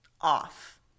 off